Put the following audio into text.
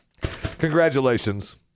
Congratulations